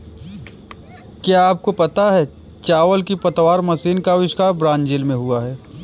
क्या आपको पता है चावल की पतवार मशीन का अविष्कार ब्राज़ील में हुआ